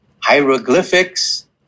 hieroglyphics